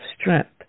strength